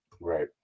Right